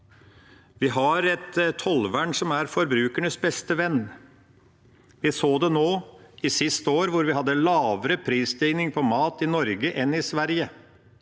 Vi har et tollvern som er forbrukernes beste venn. Vi så det nå sist år, hvor vi hadde lavere prisstigning på mat i Norge enn i Sverige.